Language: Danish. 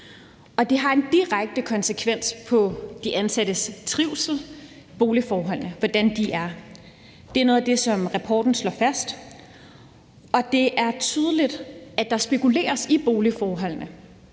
Det har en direkte konsekvens for de ansattes trivsel, hvordan boligforholdene er. Det er noget af det, som rapporten slog fast, og det er tydeligt, at der spekuleres i boligforholdene.